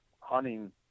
hunting